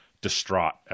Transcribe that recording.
distraught